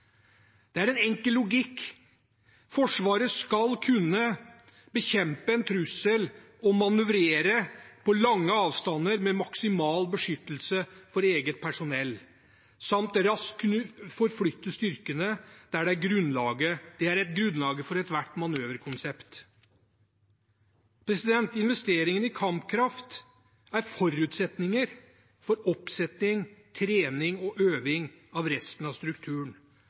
en enkel logikk: Forsvaret skal kunne bekjempe en trussel og manøvrere på lange avstander med maksimal beskyttelse for eget personell samt raskt kunne forflytte styrkene. Det er grunnlaget for ethvert manøverkonsept. Investeringene i kampkraft er forutsetninger for oppsetting, trening og øving av resten av strukturen.